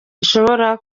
ishobora